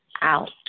out